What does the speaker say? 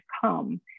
come